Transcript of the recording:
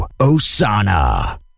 osana